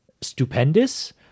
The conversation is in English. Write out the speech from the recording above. stupendous